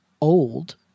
old